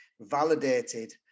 validated